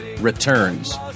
returns